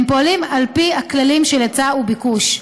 הם פועלים על-פי הכללים של היצע וביקוש.